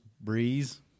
Breeze